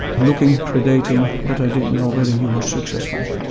looking, predating, but i didn't know whether he was successful.